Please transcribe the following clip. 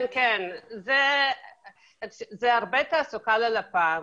כן, זו הרבה תעסוקה ללפ"מ